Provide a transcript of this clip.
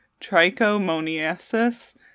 trichomoniasis